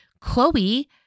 Chloe